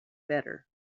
better